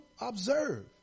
observe